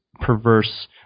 perverse